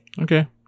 Okay